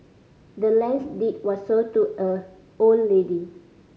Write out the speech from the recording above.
the land's deed was sold to a old lady